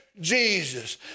Jesus